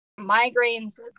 migraines